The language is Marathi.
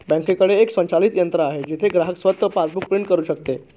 बँकेकडे एक स्वयंचलित यंत्र आहे जिथे ग्राहक स्वतः पासबुक प्रिंट करू शकतो